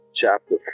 chapter